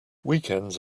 weekends